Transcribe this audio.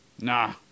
Nah